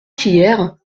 hier